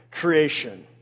creation